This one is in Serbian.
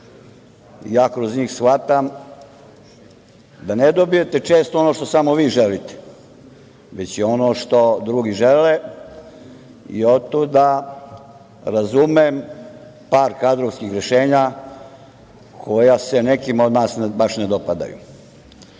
ja kroz njih shvatam, ne dobijete često ono što samo vi želite, već i ono što drugi žele i otuda razumem par kadrovskih rešenja koja se nekima od nas baš ne dopadaju. Da